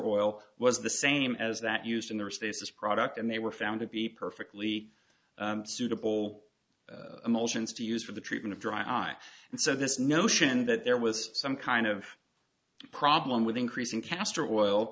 oil was the same as that used in the restasis product and they were found to be perfectly suitable emotions to use for the treatment of dry and so this notion that there was some kind of problem with increasing castor oil